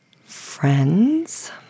friends